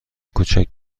کوچک